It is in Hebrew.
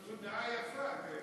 דעה יפה.